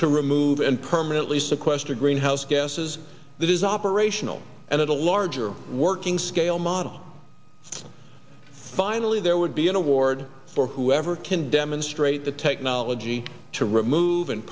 to remove and permanently sequester greenhouse gases that is operational and in a larger working scale model finally there would be an award for whoever can demonstrate the technology to remove and